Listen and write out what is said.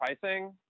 pricing